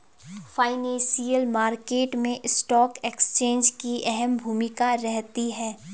financial market मैं stock exchange की अहम भूमिका रहती है